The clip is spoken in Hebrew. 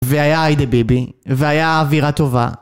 והיה היידה ביבי, והיה אווירה טובה.